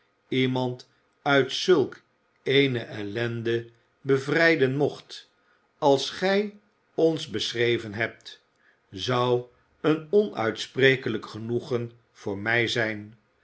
iemand uit zulk eene ellende bevrijden mocht als gij ons beschreven hebt zou een onuitsprekelijk genoegen voor mij zijn